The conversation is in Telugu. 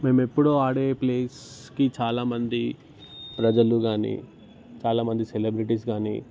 మేము ఎప్పుడు ఆడే ప్లేస్కి చాలామంది ప్రజలు కానీ చాలా మంది సెలబ్రిటీస్ కానీ